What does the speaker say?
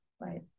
right